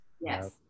Yes